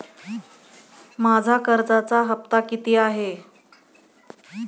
माझा कर्जाचा हफ्ता किती आहे?